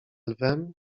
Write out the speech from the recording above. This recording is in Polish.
lwem